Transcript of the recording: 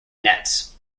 nets